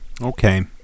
okay